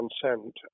consent